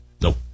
Nope